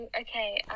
Okay